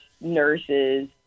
nurses